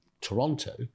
Toronto